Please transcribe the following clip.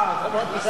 זה מאוד משנה.